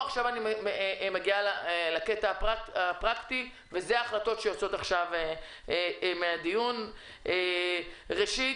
לגבי ההחלטות שיוצאות עכשיו מהדיון באופן פרקטי - ראשית,